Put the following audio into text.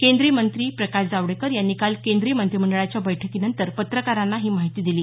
केंद्रीय मंत्री प्रकाश जावडेकर यांनी काल केंद्रीय मंत्रिमंडळाच्या बैठकीनंतर पत्रकारांना ही माहिती दिली